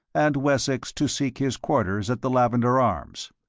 and wessex to seek his quarters at the lavender arms.